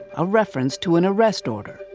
a reference to an arrest order.